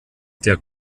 der